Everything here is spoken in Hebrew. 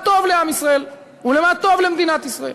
טוב לעם ישראל ולמה טוב למדינת ישראל.